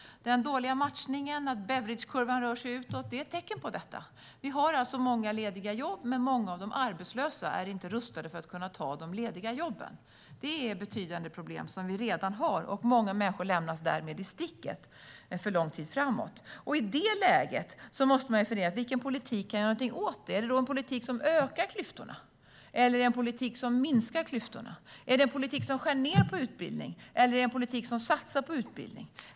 Den dåliga matchningen, när Beveridgekurvan rör sig utåt, är ett tecken på det. Vi har många lediga jobb, men många av de arbetslösa är inte rustade för att kunna ta dem. Det är ett betydande problem som vi redan har, och många människor lämnas därmed i sticket för lång tid framåt. I det läget måste man fundera på vilken politik som kan göra någonting åt det. Är det en politik som ökar klyftorna eller en politik som minskar klyftorna? Är det en politik som skär ned på utbildning eller en politik som satsar på utbildning?